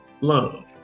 Love